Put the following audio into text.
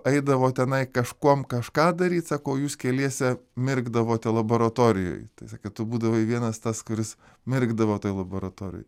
eidavo tenai kažkuom kažką daryti ko jūs keliese mirkdavote laboratorijoj tai sakė tu būdavai vienas tas kuris mirkdavo toj laboratorijoj